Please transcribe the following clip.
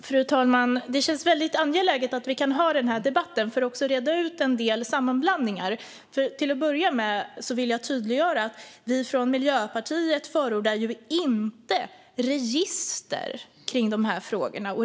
Fru talman! Det känns väldigt angeläget att vi kan ha denna debatt för att också reda ut en del sammanblandningar. Till att börja med vill jag tydliggöra att vi från Miljöpartiet inte förordar register eller registrering kring de här frågorna.